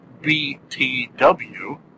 BTW